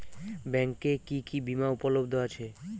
ব্যাংকে কি কি বিমা উপলব্ধ আছে?